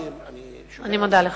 אני שואל.